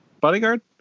bodyguard